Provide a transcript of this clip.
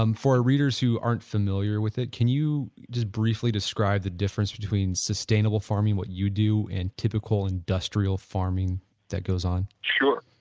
um for readers who aren't familiar with it, can you just briefly describe the difference between sustainable farming, what you do, and typical industrial farming that goes on? sure,